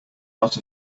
not